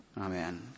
Amen